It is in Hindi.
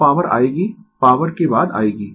तो पॉवर आयेगी पॉवर के बाद आयेगी